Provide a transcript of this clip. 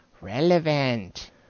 relevant